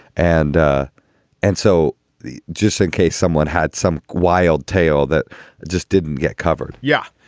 and ah and so the just in case someone had some wild tale that just didn't get covered yeah.